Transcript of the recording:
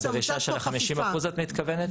הדרישה של ה-50% את מתכוונת?